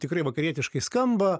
tikrai vakarietiškai skamba